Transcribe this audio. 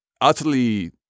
utterly